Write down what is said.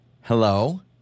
Hello